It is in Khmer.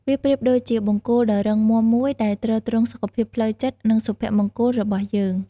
វាប្រៀបដូចជាបង្គោលដ៏រឹងមាំមួយដែលទ្រទ្រង់សុខភាពផ្លូវចិត្ត និងសុភមង្គលរបស់យើង។